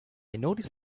noticed